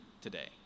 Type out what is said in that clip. today